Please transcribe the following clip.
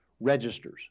registers